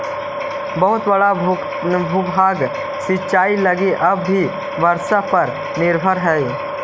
बहुत बड़ा भूभाग सिंचाई लगी अब भी वर्षा पर निर्भर हई